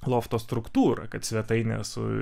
lofto struktūrą kad svetainė su